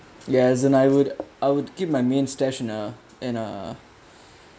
ya as in I would I would keep my main stash and uh in uh